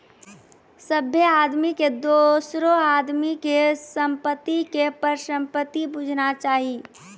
सभ्भे आदमी के दोसरो आदमी के संपत्ति के परसंपत्ति बुझना चाही